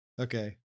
Okay